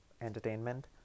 entertainment